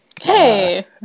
Hey